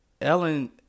Ellen